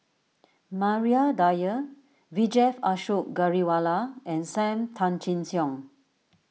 Maria Dyer Vijesh Ashok Ghariwala and Sam Tan Chin Siong